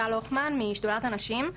טל הוכמן משדולת הנשים.